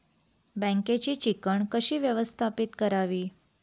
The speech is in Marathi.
बँकेची चिकण कशी व्यवस्थापित करावी?